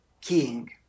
king